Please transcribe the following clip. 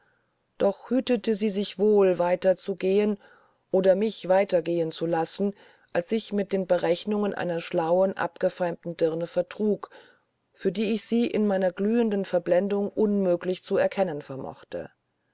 doch hütete sie sich wohl weiter zu gehen oder mich weiter gehen zu lassen als sich mit den berechnungen einer schlauen abgefeimten dirne vertrug wofür ich sie in meiner glühenden verblendung unmöglich zu erkennen vermochte